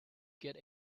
get